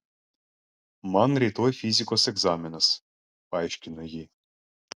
man rytoj fizikos egzaminas paaiškino ji